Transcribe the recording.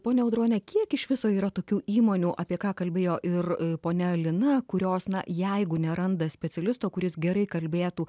ponia audrone kiek iš viso yra tokių įmonių apie ką kalbėjo ir ponia lina kurios na jeigu neranda specialisto kuris gerai kalbėtų